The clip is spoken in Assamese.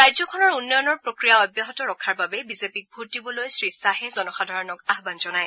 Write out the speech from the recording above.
ৰাজ্যখনৰ উন্নয়নৰ প্ৰক্ৰিয়া অব্যাহত ৰখাৰ বাবে বিজেপিক ভোট দিবলৈ শ্ৰীশ্বাহে জনসাধাৰণক আহ্বান জনায়